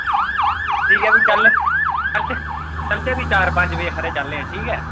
ठीक ऐ भी चलनें चलचै भी चार पंज बजे हारै चलनें आं ठीक ऐ